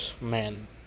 Man